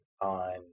on